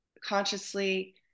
consciously